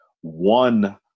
one